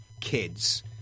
kids